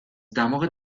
دماغت